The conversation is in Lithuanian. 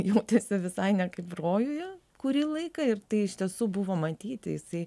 jautiesi visai ne kaip rojuje kurį laiką ir tai iš tiesų buvo matyti jisai